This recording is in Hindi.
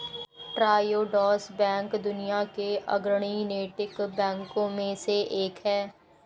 ट्रायोडोस बैंक दुनिया के अग्रणी नैतिक बैंकों में से एक है